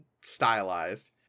stylized